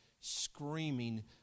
screaming